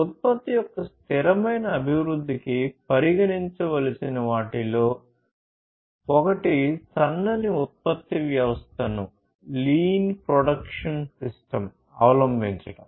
ఉత్పత్తి యొక్క స్థిరమైన అభివృద్ధికి పరిగణించవలసిన వాటిలో ఒకటి సన్నని ఉత్పత్తి వ్యవస్థను అవలంబించడం